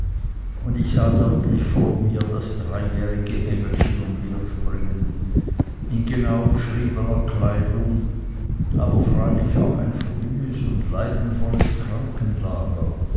und ich sah deutlich vor mir das dreijährige engelchen umherspringen in genau beschriebener kleidung aber freilich auch ein frühes und leidenvolles krankenlager